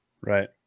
Right